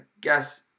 guess